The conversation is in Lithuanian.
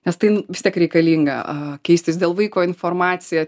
nes tai vis tiek reikalinga keistis dėl vaiko informacija